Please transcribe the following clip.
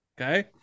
Okay